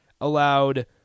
allowed